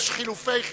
יש הסתייגות לחלופין.